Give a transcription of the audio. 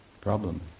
Problem